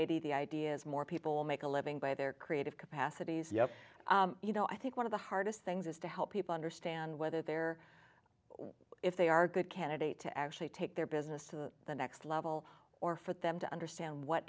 d ideas more people make a living by their creative capacities yes you know i think one of the hardest things is to help people understand whether they're if they are good candidates to actually take their business to the next level or for them to understand what